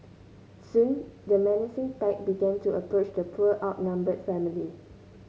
soon the menacing pack began to approach the poor outnumbered family